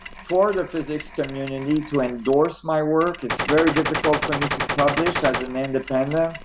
for the physics community to endorse my work. it's very difficult for me to publish as an independent.